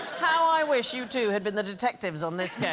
how i wish you two had been the detectives on this